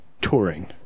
Touring